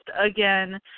again